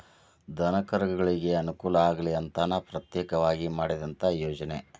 ದನಕರುಗಳಿಗೆ ಅನುಕೂಲ ಆಗಲಿ ಅಂತನ ಪ್ರತ್ಯೇಕವಾಗಿ ಮಾಡಿದಂತ ಯೋಜನೆ